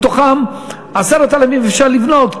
מתוכו 10,000 אפשר לבנות,